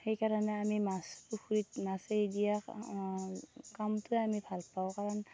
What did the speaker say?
সেইকাৰণে আমি মাছ পুখুৰীত মাছ এৰি দিয়া কামটোৱেই আমি ভাল পাওঁ কাৰণ